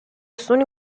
suoni